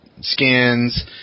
skins